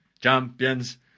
champions